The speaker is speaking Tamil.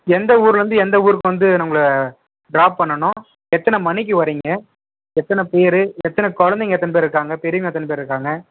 எந்த ஊருலருந்து எந்த ஊருக்கு வந்து உங்களை ட்ராப் பண்ணனும் எத்தனை மணிக்கு வரிங்க எத்தனை பேர் எத்தனை குழந்தைங்க எத்தனை பேர் இருக்காங்க பெரியவங்க எத்தனை பேர் இருக்காங்க